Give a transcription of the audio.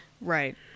Right